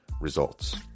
results